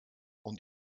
und